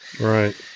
Right